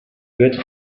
peut